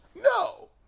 No